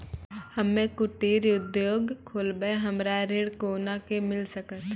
हम्मे कुटीर उद्योग खोलबै हमरा ऋण कोना के मिल सकत?